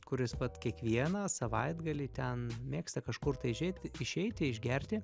kuris vat kiekvieną savaitgalį ten mėgsta kažkur tai išeit išeiti išgerti